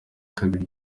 kabiri